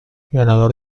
ganador